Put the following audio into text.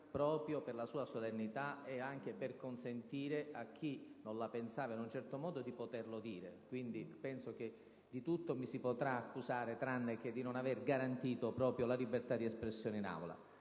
proprio per la sua solennità, e anche per consentire a chi non la pensava in un certo modo di dirlo. Di tutto mi si potrà accusare tranne che di non aver garantito proprio la libertà di espressione in Aula.